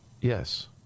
Yes